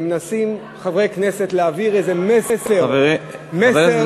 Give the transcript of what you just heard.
שמנסים חברי כנסת להעביר איזה מסר מאוד